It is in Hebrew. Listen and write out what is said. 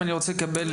לבקש